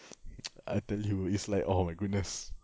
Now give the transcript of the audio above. I tell you it's like oh goodness